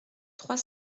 trois